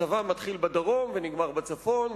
הצבא מתחיל בדרום ונגמר בצפון,